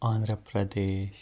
Andhra Pradesh